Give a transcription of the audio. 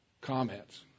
comments